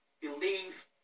believe